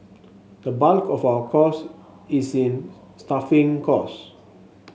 the bulk of our costs is in staffing costs